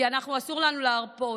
כי אסור לנו להרפות.